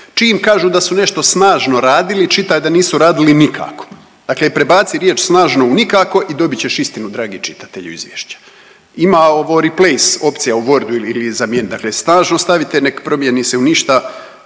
Čim kažu da su nešto snažno radili, čitaj da nisu radili nikako. Dakle prebaci riječ snažno u nikako i dobit ćeš istinu, dragi čitatelji izvješća. Ima ovo replace opcija u Wordu ili zamijeni, dakle snažno stavite nek promijeni se u ništa,